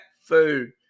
food